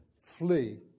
Flee